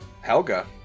Helga